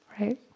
Right